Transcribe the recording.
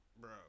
bro